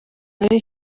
nari